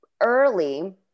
early